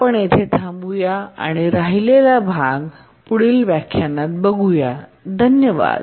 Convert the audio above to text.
आपण येथे थांबूया आणि राहिलेला भाग पुढील व्याख्यानात पाहूया धन्यवाद